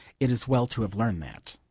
it is well to have learned that.